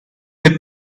the